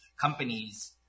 companies